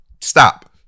stop